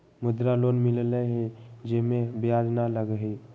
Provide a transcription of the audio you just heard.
मुद्रा लोन मिलहई जे में ब्याज न लगहई?